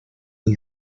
del